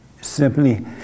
Simply